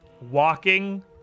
Walking